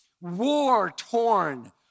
war-torn